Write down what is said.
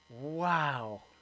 Wow